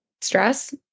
stress